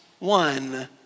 One